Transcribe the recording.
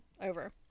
over